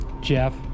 Jeff